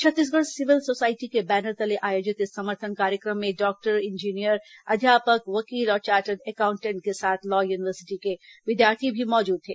Chhattisgarh civil society के banner तले आयोजित इस समर्थन कार्यक्रम में डॉक्टर इंजीनियर अध्यापक वकील और चार्टर्ड एकाउंटेंट के साथ लॉ यूनिवर्सिटी के विद्यार्थी भी मौजूद थे